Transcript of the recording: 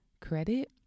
credit